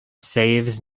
saves